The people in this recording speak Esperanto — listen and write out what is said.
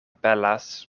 pelas